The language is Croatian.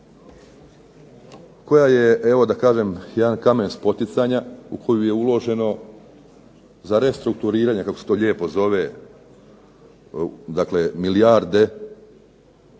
koja je, evo da kažem, jedan kamen spoticanja u koju je uloženo za restrukturiranje, kako se to lijepo zove, milijarde